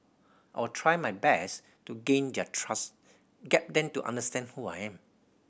I'll try my best to gain their trust get them to understand who I am